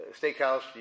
steakhouse